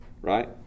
right